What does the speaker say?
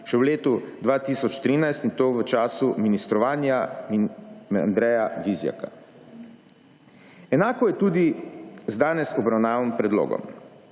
še v letu 2013, in to v času ministrovanja Andreja Vizjaka. Enako je tudi z danes obravnavanim predlogom.